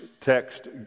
text